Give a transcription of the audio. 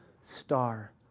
star